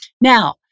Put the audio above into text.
Now